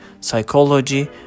psychology